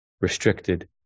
restricted